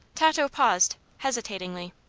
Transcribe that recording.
tato paused, hesitatingly.